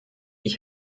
ich